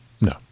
No